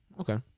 Okay